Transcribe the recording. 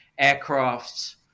aircrafts